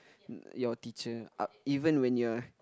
your teacher even when you are